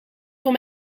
voor